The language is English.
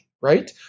right